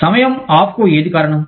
సమయం ఆఫ్ కు ఏది కారణం